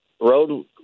road